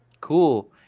cool